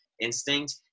instinct